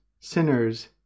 sinners